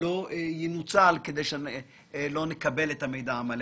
לא ינוצל בשביל שלא נקבל את המידע המלא.